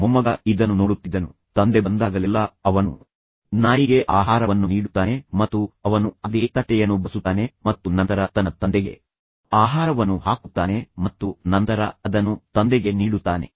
ಮೊಮ್ಮಗ ಇದನ್ನು ನೋಡುತ್ತಿದ್ದನು ತಂದೆ ಬಂದಾಗಲೆಲ್ಲಾ ಅವನು ನಾಯಿಗೆ ಆಹಾರವನ್ನು ನೀಡುತ್ತಾನೆ ಮತ್ತು ಅವನು ಅದೇ ತಟ್ಟೆಯನ್ನು ಬಳಸುತ್ತಾನೆ ಮತ್ತು ನಂತರ ತನ್ನ ತಂದೆಗೆ ಆಹಾರವನ್ನು ಹಾಕುತ್ತಾನೆ ಮತ್ತು ನಂತರ ಅದನ್ನು ತಂದೆಗೆ ನೀಡುತ್ತಾನೆ